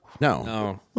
No